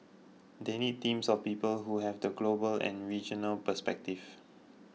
they need teams of people who have the global and regional perspective